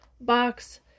box